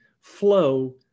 flow